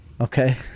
Okay